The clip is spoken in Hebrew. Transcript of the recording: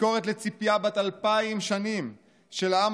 תזכורת לציפייה בת אלפיים שנים של העם